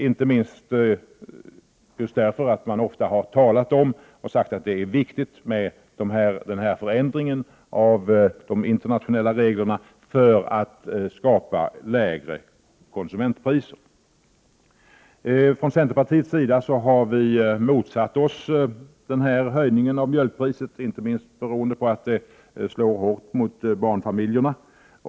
Inte minst konstigt är detta, eftersom man ofta har talat om att det är viktigt att det blir en ändring av de internationella reglerna för att man skall möjliggöra en sänkning av konsumentpriserna. Centerpartiet har motsatt sig höjningen av mjölkpriset, inte minst därför att det skulle slå hårt mot barnfamiljerna.